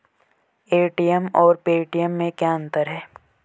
ATM और Paytm में क्या अंतर है?